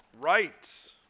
Right